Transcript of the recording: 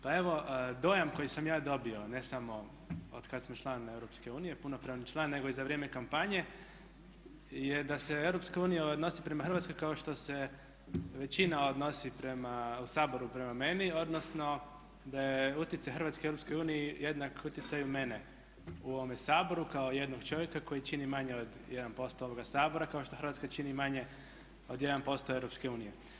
Pa evo dojam koji sam ja dobio ne samo od kad smo članovi EU, punopravni član nego i za vrijeme kampanje je da se EU odnosi prema Hrvatskoj kao što se većina odnosi prema u Saboru prema meni, odnosno da je utjecaj Hrvatske u EU jednak utjecaju mene u ovom Saboru kao jednog čovjeka koji čini manje od 1% ovoga Sabora kao što Hrvatska čini manje od 1% Europske unije.